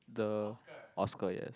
the Oscar yes